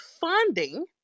funding